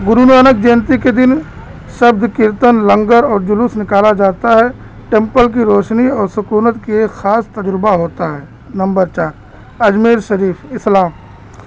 گرو نانک جینتی کے دن شبد کیرتن لنگر اور جلوس نکالا جاتا ہے ٹیمپل کی روشنی اور سکونت کی ایک خاص تجربہ ہوتا ہے نمبر چار اجمیر شریف اسلام